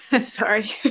Sorry